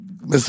Mr